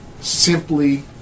simply